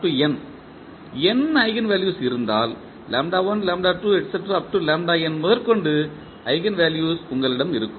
n eigenvalues இருந்தால் முதற்கொண்டு eigenvalues உங்களிடம் இருக்கும்